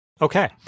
Okay